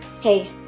Hey